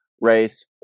race